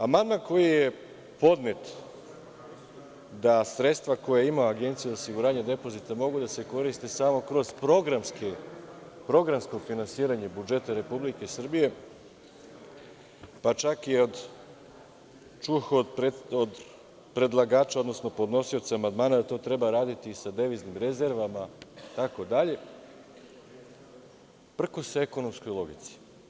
Amandman koji je podnet, da sredstva koja ima Agencija za osiguranje depozita mogu da se koriste samo kroz programsko finansiranje budžeta Republike Srbije, pa čak čuh od predlagača, odnosno podnosioca amandmana da to treba raditi i sa deviznim rezervama itd. prkose ekonomskoj logici.